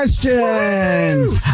Questions